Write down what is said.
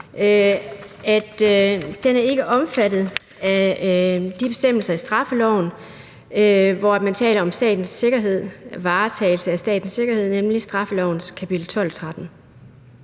ikke er omfattet af de bestemmelser i straffeloven, hvor man taler om varetagelse af statens sikkerhed, nemlig straffelovens kapitel 12